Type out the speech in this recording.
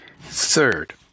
Third